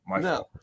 no